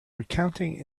recounting